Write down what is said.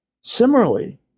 Similarly